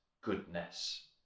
goodness